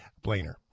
Blainer